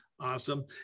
Awesome